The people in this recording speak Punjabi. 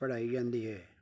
ਪੜ੍ਹਾਈ ਜਾਂਦੀ ਹੈ